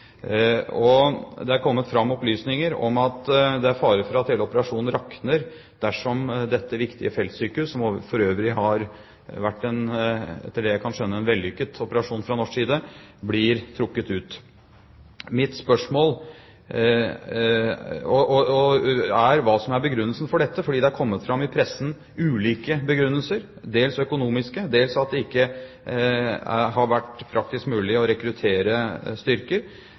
og det er kommet fram opplysninger om at det er fare for at hele operasjonen rakner dersom dette viktige feltsykehus – som for øvrig har vært, etter det jeg kan skjønne, en vellykket operasjon fra norsk side – blir trukket ut. Mitt spørsmål er hva som er begrunnelsen for dette, fordi det i pressen er kommet fram ulike begrunnelser, dels økonomiske, dels at det ikke har vært praktisk mulig å rekruttere styrker.